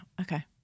Okay